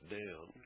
down